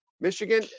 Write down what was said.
Michigan